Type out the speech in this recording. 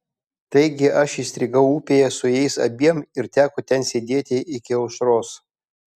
taigi aš įstrigau upėje su jais abiem ir teko ten sėdėti iki aušros